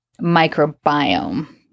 microbiome